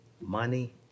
Money